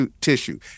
tissue